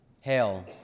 Hail